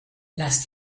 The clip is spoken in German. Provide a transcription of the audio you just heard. lass